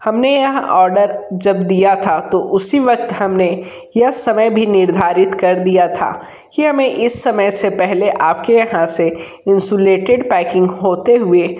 हम ने यह ऑर्डर जब दिया था तो उसी वक़्त हम ने यह समय भी निर्धारित कर दिया था कि हमें इस समय से पहले आप के यहाँ से इंसुलटेड पैकिंग होते हुए